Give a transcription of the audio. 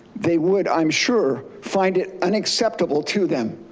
they would i'm sure find it unacceptable to them.